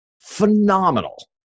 phenomenal